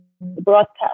broadcast